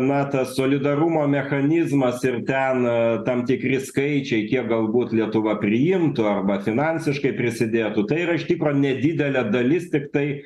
na tas solidarumo mechanizmas ir ten tam tikri skaičiai kie galbūt lietuva priimtų arba finansiškai prisidėtų tai yra iš tikro nedidelė dalis tiktai